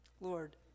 Lord